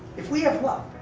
if we have love,